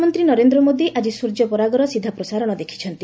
ପ୍ରଧାନମନ୍ତ୍ରୀ ନରେନ୍ଦ୍ର ମୋଦି ଆଜି ସ୍ୱର୍ଯ୍ୟପରାଗର ସିଧା ପ୍ରସାରଣ ଦେଖିଛନ୍ତି